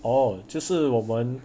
orh 就是我们